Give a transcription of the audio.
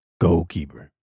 goalkeeper